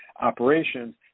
operations